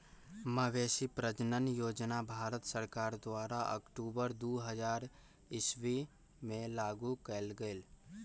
मवेशी प्रजजन योजना भारत सरकार द्वारा अक्टूबर दू हज़ार ईश्वी में लागू कएल गेल